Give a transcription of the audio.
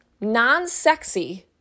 non-sexy